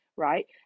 right